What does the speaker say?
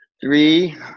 Three